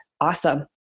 awesome